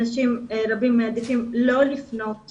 אנשים רבים מעדיפים לא לפנות